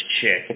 chick